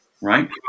right